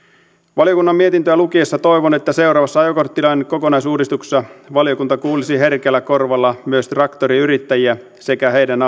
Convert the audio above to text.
valiokunnan mietintöä lukiessa toivon että seuraavassa ajokorttilain kokonaisuudistuksessa valiokunta kuulisi herkällä korvalla myös traktoriyrittäjiä sekä heidän